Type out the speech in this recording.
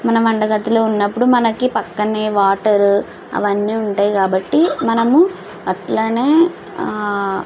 మన వంటగదిలో ఉన్నప్పుడు మనకి పక్కనే వాటర్ అవన్నీ ఉంటాయి కాబట్టి మనము అట్లనే